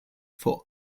for